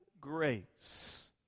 grace